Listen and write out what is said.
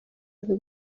aza